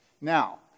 Now